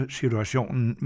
situationen